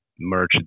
merge